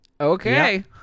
Okay